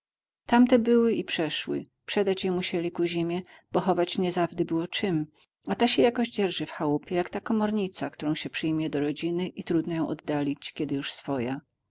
tamte były i przeszły przedać je musieli ku zimie bo chować niezawdy było czem a ta się jakoś dzierży w chałupie jak ta komornica którą się przyjmie do rodziny i trudno ją oddalić kiedy już swoja